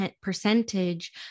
percentage